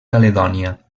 caledònia